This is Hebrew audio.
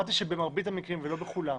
אמרתי שבמרבית המקרים, ולא בכולם,